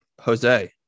Jose